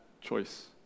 choice